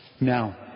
Now